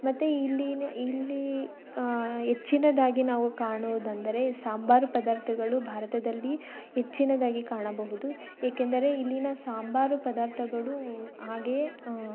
ಮತ್ತು ಇಲ್ಲಿನ ಇಲ್ಲಿ ಹೆಚ್ಚಿನದಾಗಿ ನಾವು ಕಾಣುವುದೆಂದರೆ ಸಾಂಬಾರು ಪದಾರ್ಥಗಳು ಭಾರತದಲ್ಲಿ ಹೆಚ್ಚಿನದಾಗಿ ಕಾಣಬಹುದು ಏಕೆಂದರೆ ಇಲ್ಲಿನ ಸಾಂಬಾರು ಪದಾರ್ಥಗಳು ಹಾಗೆಯೇ